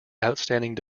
outstanding